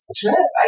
trip